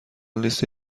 لیست